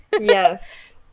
Yes